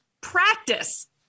practice